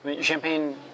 Champagne